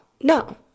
no